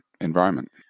environment